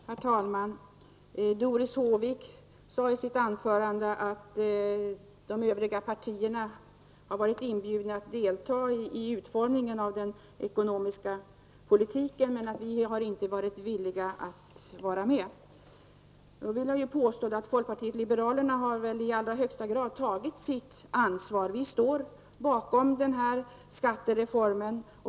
Herr talman! Doris Håvik sade i sitt anförande att de övriga partierna hade varit inbjudna att delta i utformningen av den ekonomiska politiken men att vi inte hade varit villiga. Jag vill påstå att folkpartiet liberalerna i allra högsta grad har tagit sitt ansvar. Vi står bakom skattereformen.